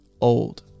old